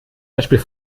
beispiel